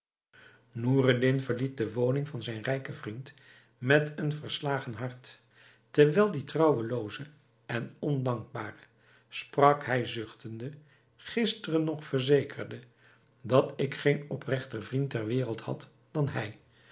verliet de woning van zijnen rijken vriend met een verslagen hart terwijl die trouwelooze en ondankbare sprak hij zuchtende gisteren nog verzekerde dat ik geen opregter vriend ter wereld had dan hij